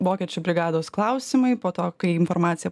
vokiečių brigados klausimai po to kai informacija